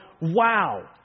wow